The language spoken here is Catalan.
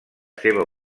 seva